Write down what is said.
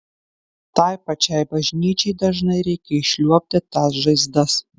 tai pačiai bažnyčiai dažnai reikia išliuobti tas žaizdas